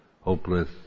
hopeless